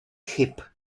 chyb